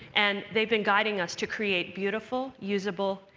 and they've been guiding us to create beautiful, usable,